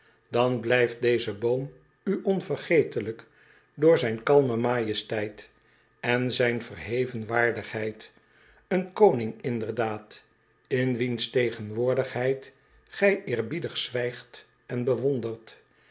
dan blijft deze boom u onvergetelijk door zijn kalme majesteit en zijn verheven waardigheid een koning inderdaad in wiens tegenwoordigheid gij eerbiedig zwijgt en bewondert